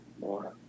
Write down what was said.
more